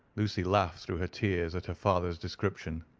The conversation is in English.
lucy laughed through her tears at her father's description.